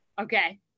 Okay